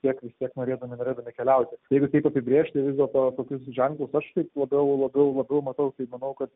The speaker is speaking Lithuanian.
tiek vis tiek norėdami norėdami keliauti jeigu taip apibrėžti vis dėlto tokius ženklus aš taip labiau labiau labiau matau tai manau kad